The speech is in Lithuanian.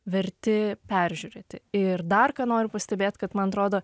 verti peržiūrėti ir dar noriu pastebėti kad man atrodo